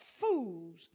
fools